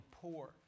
poor